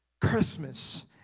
Christmas